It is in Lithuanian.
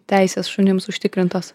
teisės šunims užtikrintos